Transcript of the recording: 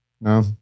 No